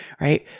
right